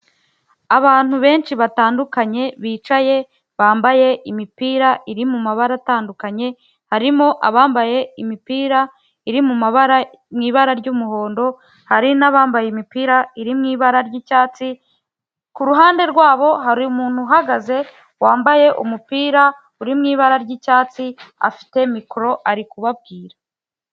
Abantu benshi batandukanye bicaye bambaye imipira iri mu mabara atandukanye, harimo abambaye imipira iri mu mabara, mu ibara ry'umuhondo, hari n'abambaye imipira iri mu ibara ry'icyatsi, ku ruhande rwabo hariru umuntu uhagaze wambaye umupira uri mu ibara ry'icyatsi afite mikoro ari kubabwira.